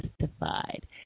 Justified